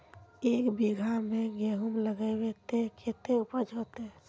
एक बिगहा में गेहूम लगाइबे ते कते उपज होते?